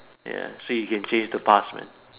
ya so you can taste the past man